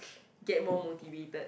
get more motivated